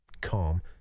Calm